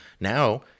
Now